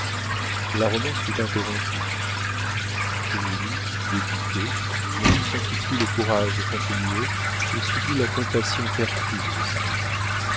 la romance fut interrompue julie dépitée ne se sentit plus le courage de continuer et subit la compassion perfide de sa rivale